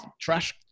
trash